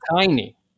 tiny